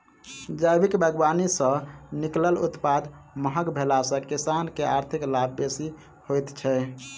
जैविक बागवानी सॅ निकलल उत्पाद महग भेला सॅ किसान के आर्थिक लाभ बेसी होइत छै